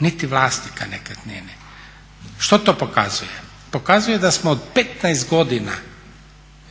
niti vlasnika nekretnine. Što to pokazuje? Pokazuje da smo 15 godina,